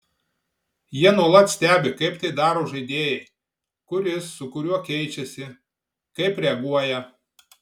jie nuolat stebi kaip tai daro žaidėjai kuris su kuriuo keičiasi kaip reaguoja